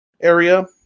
area